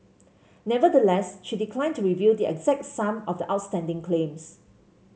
nevertheless she declined to reveal the exact sum of the outstanding claims